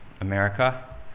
America